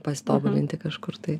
pasitobulinti kažkur tai